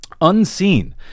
unseen